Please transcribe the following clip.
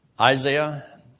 Isaiah